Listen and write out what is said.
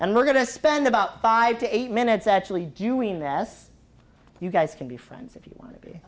and we're going to spend about five to eight minutes actually doing this you guys can be friends if you want to be